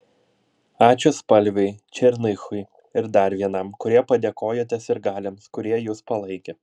ačiū spalviui černychui ir dar vienam kurie padėkojote sirgaliams kurie jus palaikė